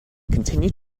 continued